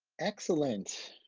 excellent.